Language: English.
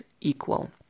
equal